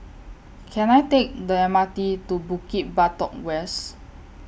Can I Take The M R T to Bukit Batok West